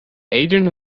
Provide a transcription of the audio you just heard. aiding